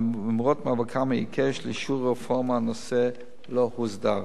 ולמרות מאבקם העיקש לאישור הרפורמה הנושא לא הוסדר.